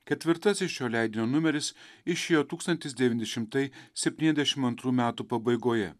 ketvirtasis šio leidinio numeris išėjo tūkstantis devyni šimtai septynedešim antrų metų pabaigoje